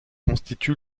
constitue